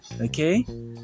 okay